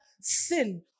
sin